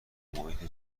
محیط